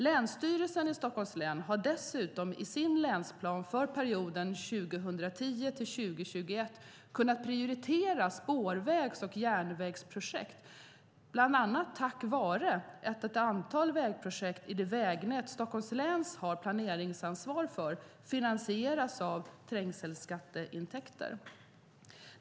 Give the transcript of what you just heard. Länsstyrelsen i Stockholms län har dessutom i sin länsplan för perioden 2010-2021 kunnat prioritera spårvägs och järnvägsprojekt bland annat tack vare att ett antal vägprojekt i det vägnät Stockholms län har planeringsansvar för finansieras av trängselskatteintäkter.